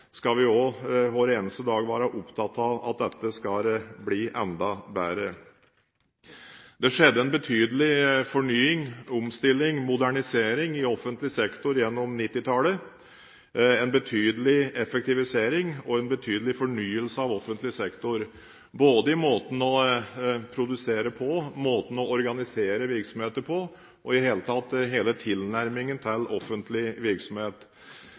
skal vi hver eneste dag være opptatt av at dette skal bli enda bedre. Det skjedde en betydelig fornying, omstilling, modernisering, i offentlig sektor gjennom 1990-tallet – en betydelig effektivisering og en betydelig fornyelse både i måten å produsere på, måten å organisere virksomheter på og i det hele tatt hele tilnærmingen til offentlig virksomhet.